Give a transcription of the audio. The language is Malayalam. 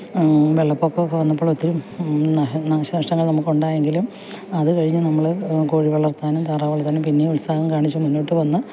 വെള്ളപ്പൊക്കമൊ ക്കെ വന്നപ്പോളൊക്കെ ഓത്തിരിയും നാശനഷ്ടങ്ങൾ നമുക്ക് ഉണ്ടായെങ്കിലും അതു കഴിഞ്ഞു നമ്മൾ കോഴി വളർത്താനും താറാവ് വളർത്താനും പിന്നേയും ഉത്സാഹം കാണിച്ചു മുന്നോട്ടു വന്നു